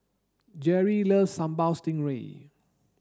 Jerri loves sambal stingray